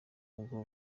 ubwo